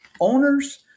owners